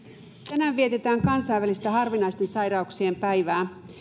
tänään vietetään kansainvälistä harvinaisten sairauksien päivää